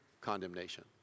condemnation